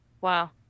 Wow